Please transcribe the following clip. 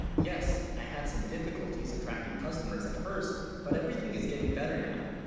yes i had some difficulties attracting customers at first but everything is getting better now